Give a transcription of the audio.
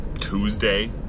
Tuesday